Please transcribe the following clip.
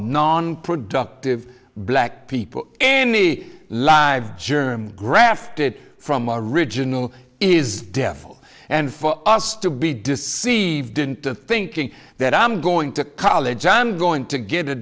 non productive black people any live germ grafted from a regional is devil and for us to be deceived into thinking that i'm going to college i'm going to get a